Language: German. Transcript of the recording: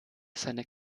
seine